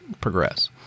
progress